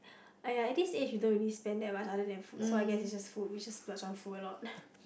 !aiya! at this age you don't really spend that much other than food so I guess it's just food which is splurge on food loh